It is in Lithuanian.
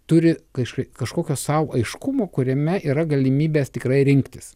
turi kažk kažkokio sau aiškumo kuriame yra galimybės tikrai rinktis